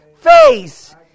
face